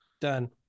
Done